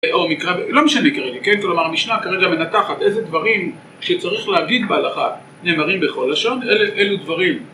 או מקרא... אה... לא משנה כרגע. כן? כלומר, המשנה כרגע מנתחת איזה דברים שצריך להגיד בהלכה נאמרים בכל לשון, אלה... אלו דברים...